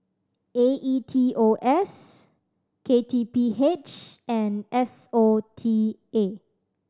A E T O S K T P H and S O T A